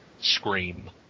Scream